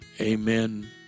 Amen